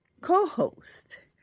co-host